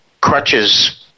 crutches